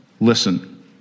listen